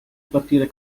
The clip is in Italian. partire